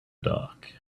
dark